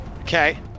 Okay